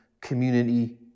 community